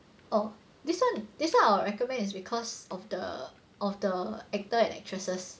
oh this one this one I will recommend is because of the of the actor and actresses